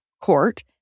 court